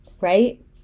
right